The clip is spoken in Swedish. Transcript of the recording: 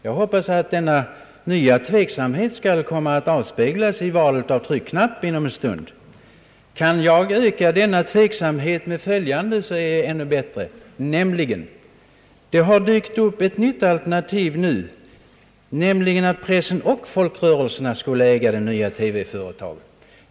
Jag hoppas att denna nya tveksamhet skall komma att avspeglas vid hans val av tryckknapp om en stund. Kan jag öka hans tveksamhet med följande är det ännu bättre. Det har nu dykt upp ett nytt alternativ som går ut på att pressen och folkrörelserna skulle äga det nya TV företaget.